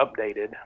updated